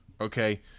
Okay